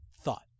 thought